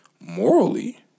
morally